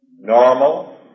normal